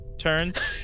turns